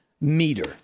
meter